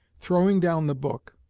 throwing down the book,